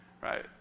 Right